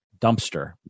dumpster